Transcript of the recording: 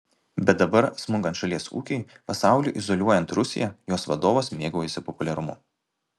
bet dabar smunkant šalies ūkiui pasauliui izoliuojant rusiją jos vadovas mėgaujasi populiarumu